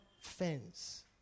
fence